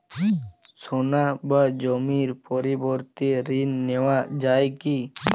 সোনা বা জমির পরিবর্তে ঋণ নেওয়া যায় কী?